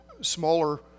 smaller